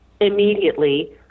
immediately